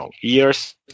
years